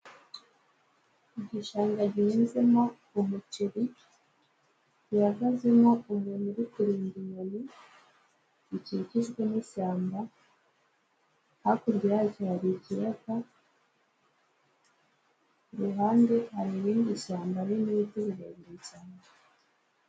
Igishanga gihizemo umuceri gihagazemo umuntu uri kurinda inyoni gikikijwe n'ishyamba, hakurya yacyo hari ikiyaga, iruhande hari irindi shyamba ririmo ibiti birebire cyane.